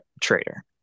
trader